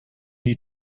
die